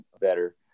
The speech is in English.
better